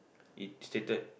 it stated